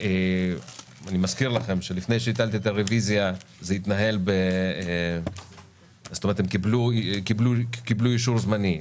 ואני מזכיר לכם שלפני שהטלתי את הרוויזיה הם קיבלו אישור זמני.